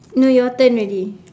no your turn already